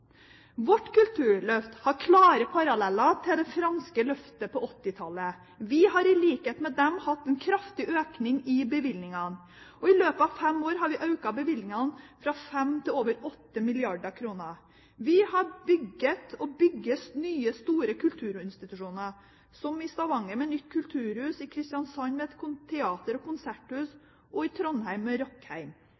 Vårt kulturløft har klare paralleller til det franske løftet på 1980-tallet. Vi har i likhet med dem hatt en kraftig økning i bevilgningene. I løpet av fem år har vi økt bevilgningene fra 5 mrd. kr til over 8 mrd. kr. Vi har bygget og bygger nye, store kulturinstitusjoner, som i Stavanger med nytt kulturhus, i Kristiansand med et teater og konserthus